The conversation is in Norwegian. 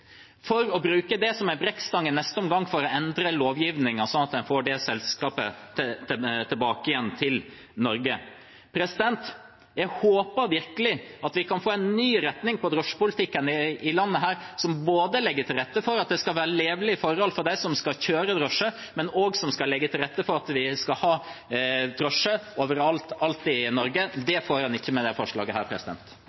for i neste omgang å bruke det som en brekkstand for å endre lovgivningen sånn at man får selskapet tilbake til Norge. Jeg håper virkelig at vi kan få en ny retning på drosjepolitikken i dette landet, som både legger til rette for at det skal være levelig for iallfall de som skal kjøre drosje, og legger til rette for at vi skal ha drosje overalt alltid i Norge. Det